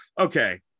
Okay